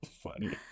funny